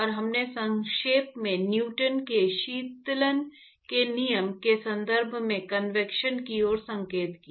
और हमने संक्षेप में न्यूटन के शीतलन के नियम के संदर्भ में कन्वेक्शन की ओर संकेत किया